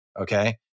Okay